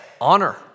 Honor